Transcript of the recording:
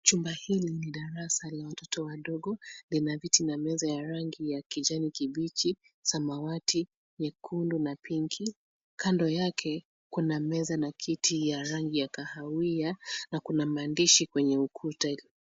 Chumba hili ni darasa la watoto wadogo. Lina viti na meza ya rangi ya kijani kibichi, samawati, nyekundu na pinki. Kando yake, kuna meza na kiti ya rangi ya kahawia, na kuna maandishi kwenye ukuta.